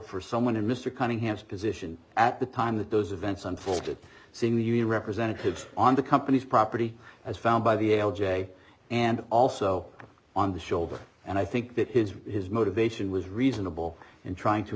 for someone in mr cunningham's position at the time that those events unfolded seeing the union representatives on the company's property as found by the yale jay and also on the shoulder and i think that his his motivation was reasonable in trying to